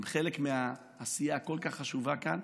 הם חלק מהעשייה הכל-כך חשובה כאן,